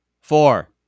Four